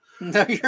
No